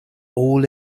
all